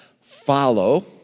FOLLOW